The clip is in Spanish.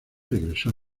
regresó